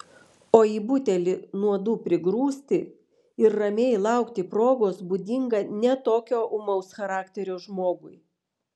o į butelį nuodų prigrūsti ir ramiai laukti progos būdinga ne tokio ūmaus charakterio žmogui